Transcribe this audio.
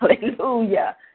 Hallelujah